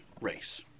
race